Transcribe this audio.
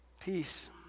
Peace